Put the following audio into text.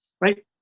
right